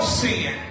sin